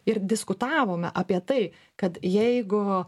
ir diskutavome apie tai kad jeigu